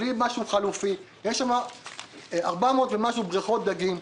בלי משהו חלופי יש 400 ומשהו בריכות דגים,